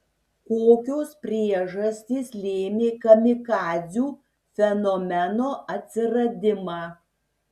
kokios priežastys lėmė kamikadzių fenomeno atsiradimą